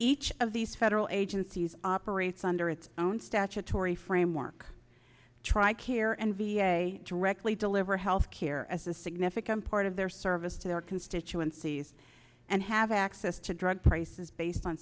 each of these federal agencies operates under its own statutory framework tri care and directly deliver health care as a significant part of their service to their constituencies and have access to drug prices based on